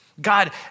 God